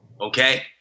Okay